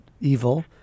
evil